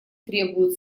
требуют